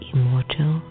Immortal